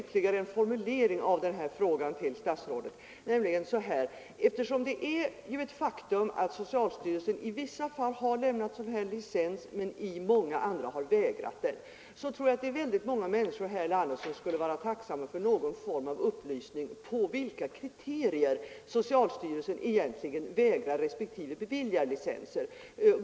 Herr talman! Jag skulle vilja tillägga ytterligare en formulering av den frågan till statsrådet. Det är ett faktum att socialstyrelsen i vissa fall lämnat licens men i många andra vägrat att göra det. Många människor här i landet skulle vara tacksamma att få veta, på vilka kriterier socialstyrelsen vägrar respektive beviljar licenser.